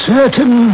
Certain